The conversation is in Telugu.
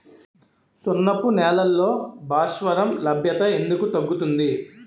సున్నపు నేలల్లో భాస్వరం లభ్యత ఎందుకు తగ్గుతుంది?